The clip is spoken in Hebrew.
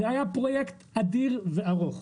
זה היה פרויקט אדיר וארוך.